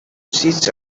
seats